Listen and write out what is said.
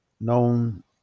known